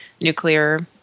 nuclear